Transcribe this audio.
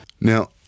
Now